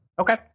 Okay